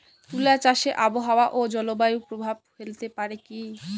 তুলা চাষে আবহাওয়া ও জলবায়ু প্রভাব ফেলতে পারে কি?